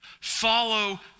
Follow